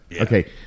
Okay